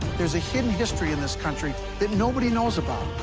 there's a hidden history in this country that nobody knows about.